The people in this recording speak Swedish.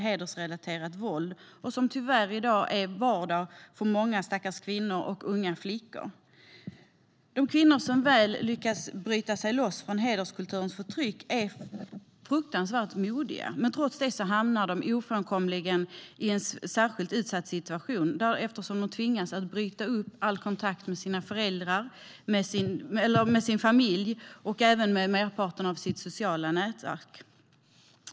Hedersrelaterat våld är tyvärr vardag för många stackars kvinnor och unga flickor. De kvinnor som väl lyckas bryta sig loss från hederskulturers förtryck är fruktansvärt modiga. De hamnar dock ofrånkomligen i en särskilt utsatt situation eftersom de tvingas bryta all kontakt med sin familj och även med merparten av sitt sociala nätverk.